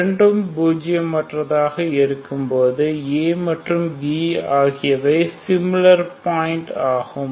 இரண்டும் பூஜியமாற்றதாக இருக்கும்போது ab ஆகியவை சிமிளர் பாயின்ட் ஆகும்